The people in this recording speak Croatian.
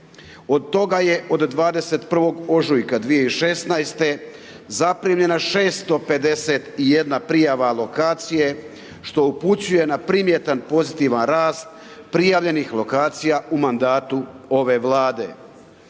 Od toga je od 21. ožujka 2016. zaprimljena 651 prijava alokacije, što upućuje na primjetan pozitivan rast prijavljenih lokacija u mandatu ove Vlade.